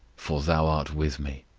for thou art with me.